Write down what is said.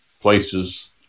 places